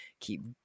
keep